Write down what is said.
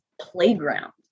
playground